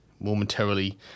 momentarily